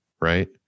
right